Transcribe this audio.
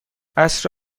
عصر